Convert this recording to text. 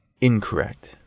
incorrect